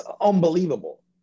unbelievable